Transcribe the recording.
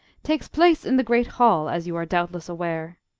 takes place in the great hall, as you are doubtless aware.